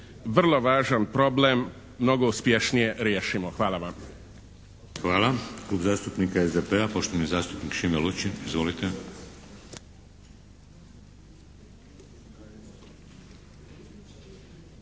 vrlo važan problem mnogo uspješnije riješimo. Hvala vam. **Šeks, Vladimir (HDZ)** Hvala. Klub zastupnika SDP-a, poštovani zastupnik Šime Lučin. Izvolite.